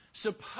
Suppose